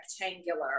rectangular